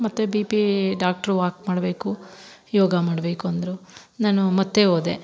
ಮತ್ತು B P doctor walk ಮಾಡಬೇಕು ಯೋಗ ಮಾಡಬೇಕು ಅಂದರು ನಾನು ಮತ್ತು ಹೋದೆ